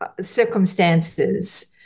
circumstances